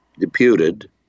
deputed